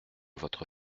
votre